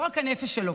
לא רק הנפש שלו.